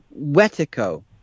wetico